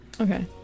Okay